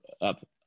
up